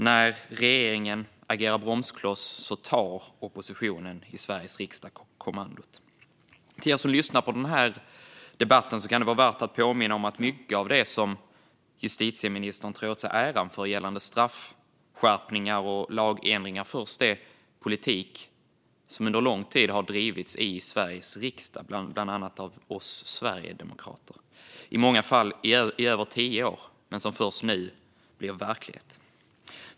När regeringen agerar bromskloss tar oppositionen i Sveriges riksdag kommandot. Till er som lyssnar på den här debatten kan det vara värt att påminna om att mycket av det som justitieministern tar åt sig äran för gällande straffskärpningar och lagändringar är politik som under lång tid har drivits i Sveriges riksdag av bland annat Sverigedemokraterna, i många fall i över tio år, men de blir först nu verklighet.